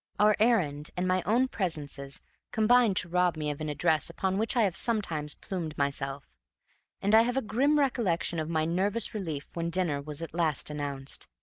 our errand and my own presences combined to rob me of an address upon which i have sometimes plumed myself and i have a grim recollection of my nervous relief when dinner was at last announced.